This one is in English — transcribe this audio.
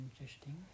interesting